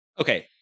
Okay